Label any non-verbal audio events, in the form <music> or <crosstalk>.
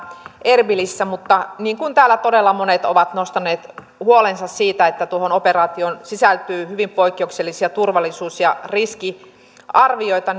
erbilissä mutta niin kuin täällä todella monet ovat nostaneet huolensa siitä että tuohon operaatioon sisältyy hyvin poikkeuksellisia turvallisuus ja riskiarvioita <unintelligible>